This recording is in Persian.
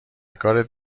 کارت